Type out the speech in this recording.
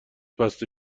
بسته